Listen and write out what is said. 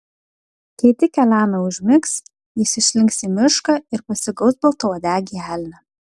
kai tik elena užmigs jis išslinks į mišką ir pasigaus baltauodegį elnią